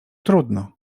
trudno